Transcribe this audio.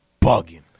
bugging